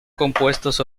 compuestos